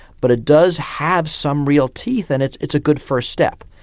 but it does have some real teeth and it's it's a good first step.